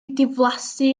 diflasu